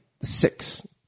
six